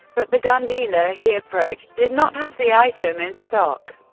but the gun dealer he approached did not have the item in stock.